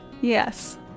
Yes